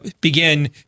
begin